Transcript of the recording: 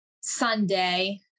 sunday